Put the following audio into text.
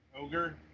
Ogre